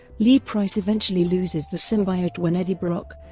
lee price eventually loses the symbiote when eddie brock